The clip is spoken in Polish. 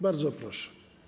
Bardzo proszę.